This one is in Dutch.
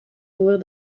voor